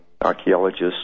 archaeologists